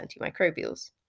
antimicrobials